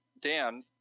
dan